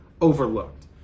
overlooked